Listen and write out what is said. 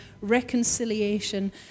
reconciliation